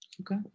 Okay